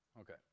Okay